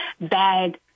bad